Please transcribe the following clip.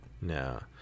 No